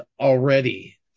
already